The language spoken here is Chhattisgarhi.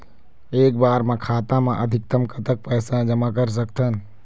एक बार मा खाता मा अधिकतम कतक पैसा जमा कर सकथन?